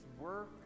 work